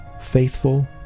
Faithful